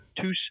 two